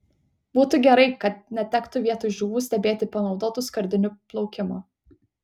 būtų gerai kad netektų vietoj žuvų stebėti panaudotų skardinių plaukimo